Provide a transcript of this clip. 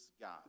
God